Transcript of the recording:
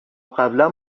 قبلا